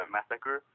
massacre